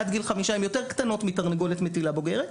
הן יותר קטנות מתרנגולת מטילה בוגרת.